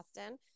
Austin